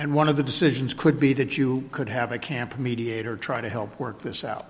and one of the decisions could be that you could have a camp mediator try to help work this